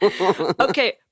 Okay